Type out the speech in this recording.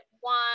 one